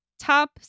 top